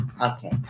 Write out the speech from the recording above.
Okay